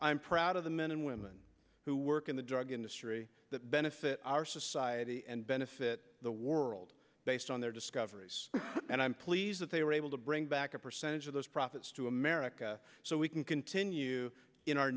i'm proud of the men and women who work in the drug industry that benefit our society and benefit the world based on their discoveries and i'm pleased that they were able to bring back a percentage of those profits to america so we can continue in our